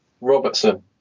Robertson